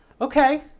okay